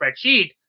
spreadsheet